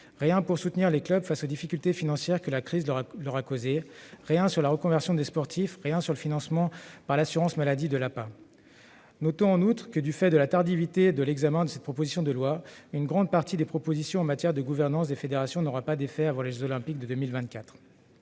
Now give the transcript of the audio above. Rien pour soutenir les clubs face aux difficultés financières que la crise leur a causées. Rien sur la reconversion des sportifs. Rien sur le financement par l'assurance maladie de l'APA. Notons en outre que, du fait de l'examen tardif de la proposition de loi, une grande partie des dispositions en matière de gouvernance des fédérations n'auront pas d'effet avant les jeux Olympiques de 2024.